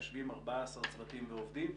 יושבים 14 צוותים ועובדים.